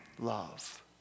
love